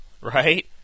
right